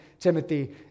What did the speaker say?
Timothy